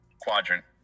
quadrant